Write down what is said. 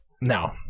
no